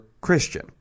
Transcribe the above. Christian